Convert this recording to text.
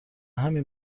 همین